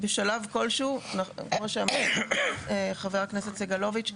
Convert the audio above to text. כמו שאמר חבר הכנסת סגלוביץ',